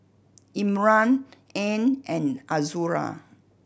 Imran Ain and Azura